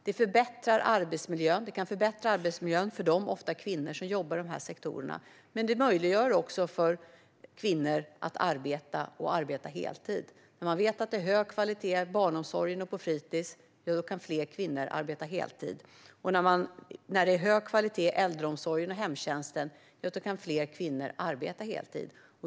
Det kan förbättra arbetsmiljön för dem, ofta kvinnor, som jobbar i dessa sektorer, men det möjliggör också för kvinnor att arbeta och arbeta heltid. När man vet att det är hög kvalitet i barnomsorgen och på fritis, i äldreomsorgen och i hemtjänsten kan fler kvinnor arbeta heltid.